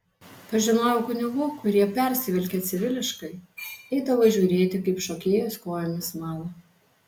pažinojau kunigų kurie persivilkę civiliškai eidavo žiūrėti kaip šokėjos kojomis mala